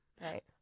Right